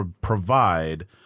provide